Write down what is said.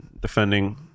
defending